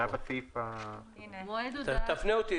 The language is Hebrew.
תפנה אותי